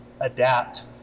adapt